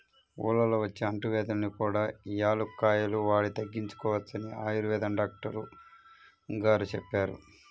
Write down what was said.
ఊళ్ళల్లో వచ్చే అంటువ్యాధుల్ని కూడా యాలుక్కాయాలు వాడి తగ్గించుకోవచ్చని ఆయుర్వేదం డాక్టరు గారు చెప్పారు